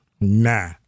Nah